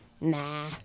Nah